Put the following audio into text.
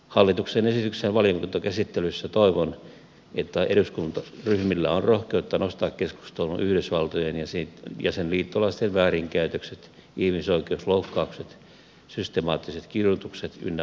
hallituksen esityksen valiokuntakäsittelyssä toivon että eduskuntaryhmillä on rohkeutta nostaa keskusteluun yhdysvaltojen ja sen liittolaisten väärinkäytökset ihmisoikeusloukkaukset systemaattiset kidutukset ynnä muuta